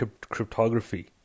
cryptography